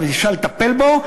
אז אפשר לטפל בו,